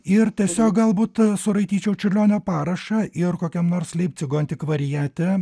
ir tiesiog galbūt suraityčiau čiurlionio parašą ir kokiam nors leipcigo antikvariate